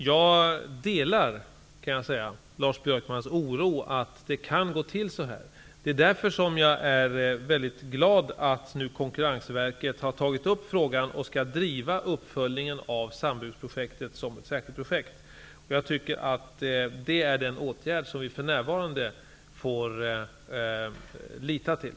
Fru talman! Jag delar Lars Björkmans oro att det kan gå till så här. Det är därför som jag är mycket glad över att Konkurrensverket nu har tagit upp frågan och skall driva uppföljningen av sambudsprojektet som ett särskilt projekt. Det är den åtgärd som vi för närvarande får lita till.